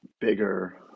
bigger